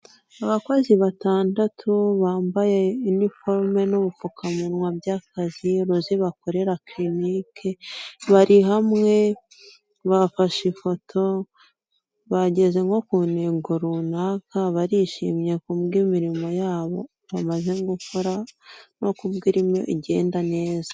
Abakozi batandatu bambaye iniforume n'ubupfukamunwa by'akazi uruzi bakorera kilinike, bari hamwe bafashe ifoto bageze nko ku ntego runaka barishimye ku bwo imirimo yabo bamaze gukora no ku bwo irimo igenda neza.